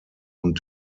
und